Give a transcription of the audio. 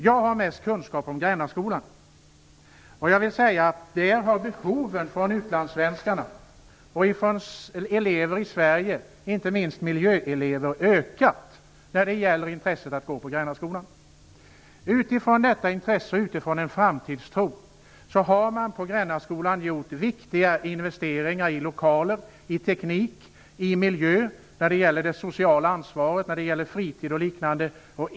Jag har mest kunskap om Grännaskolan. Intresset från utlandssvenskar och från elever i Sverige, inte minst miljöelever, att gå på Grännaskolan har ökat. Utifrån detta intresse, och utifrån en framtidstro, har man på Grännaskolan gjort viktiga investeringar i lokaler, teknik och miljö. Man har tagit ett socialt ansvar och ett ansvar när det gäller fritid och liknande saker.